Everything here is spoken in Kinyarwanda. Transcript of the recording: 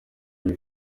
bari